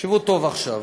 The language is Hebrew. תקשיבו טוב עכשיו.